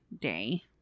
day